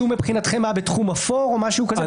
שהוא מבחינתכם היה בתחום אפור או משהו כזה,